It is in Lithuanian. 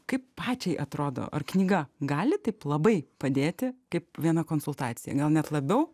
kaip pačiai atrodo ar knyga gali taip labai padėti kaip viena konsultacija gal net labiau